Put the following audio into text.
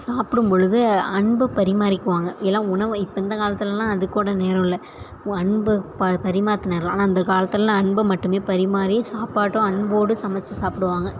சாப்புடும் பொழுது அன்பை பரிமாறிக்குவாங்க எல்லா உணவை இப்போ இந்த காலத்திலல்லாம் அதுக்கு கூட நேரம் இல்லை ஓ அன்பை பரிமாறுதுனல்லாம் ஆனால் அந்த காலத்திலல்லாம் அன்பை மட்டுமே பரிமாறி சாப்பாட்டும் அன்போடு சமச்சு சாப்பிடுவாங்க